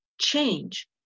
change